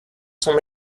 sont